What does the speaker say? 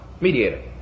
Mediator